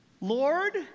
Lord